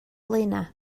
blaenau